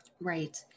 Right